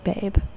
babe